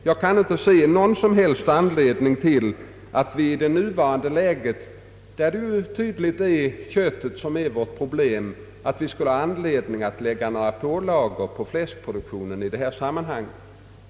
Jag kan inte se någon som helst anledning till att vi i nuvarande läge, där det ju alldeles tydligt är köttet som är vårt problem, skulle lägga några pålagor på fläskproduktionen.